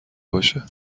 باشه